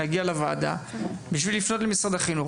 להגיע לוועדה בשביל לפנות למשרד החינוך.